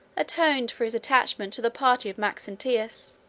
atoned for his attachment to the party of maxentius,